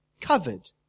Covered